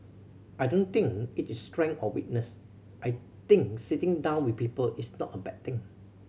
I don't think it is strength or weakness I think sitting down with people is not a bad thing